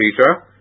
Peter